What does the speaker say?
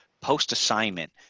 post-assignment